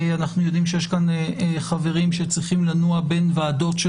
אנחנו יודעים שיש כאן חברים שצריכים לנוע בין ועדות של